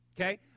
okay